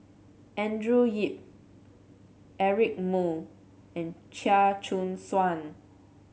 Andrew Yip Eric Moo and Chia Choo Suan